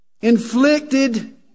inflicted